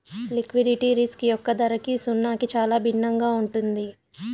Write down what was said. liquidity risk యొక్క ధరకి సున్నాకి చాలా భిన్నంగా ఉంటుంది